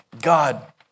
God